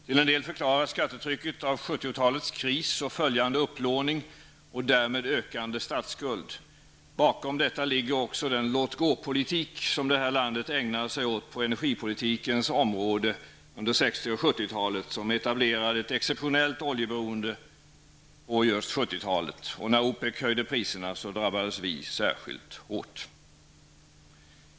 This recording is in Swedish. Till en del förklaras skattetrycket av 70-talets kris och följande upplåning och därmed ökande statsskuld. Bakom detta ligger också den låt-gå-politik på energipolitikens område som vårt land ägnade sig åt på 60 och 70-talet som etablerat ett exceptionellt oljeberoende. När OPEC höjde priserna, drabbades vi särskilt svårt.